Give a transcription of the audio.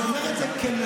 אני לא אומר את זה כתשובה,